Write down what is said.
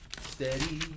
Steady